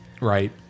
Right